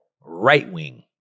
Right-wing